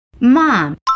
Mom